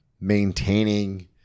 maintaining